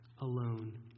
alone